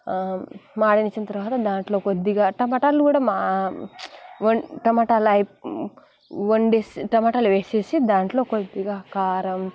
మాడనిచ్చిన తర్వాత దాంట్లో కొద్దిగా టమాటాలు కూడా మా టమాటాలు వండేసి టమాటాలు వేసేసి దాంట్లో కొద్దిగా కారం